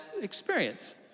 experience